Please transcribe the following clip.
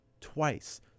twice